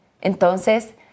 Entonces